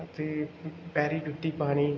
ਅਤੇ ਪੈਰੀ ਜੁੱਤੀ ਪਾਉਣੀ